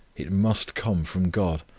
it must come from god,